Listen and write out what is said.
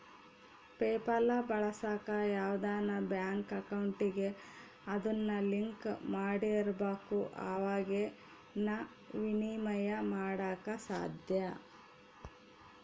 PayPal ಬಳಸಾಕ ಯಾವ್ದನ bank ಅಕೌಂಟಿಗೆ ಅದುನ್ನ ಲಿಂಕ್ ಮಾಡಿರ್ಬಕು ಅವಾಗೆ ಃನ ವಿನಿಮಯ ಮಾಡಾಕ ಸಾದ್ಯ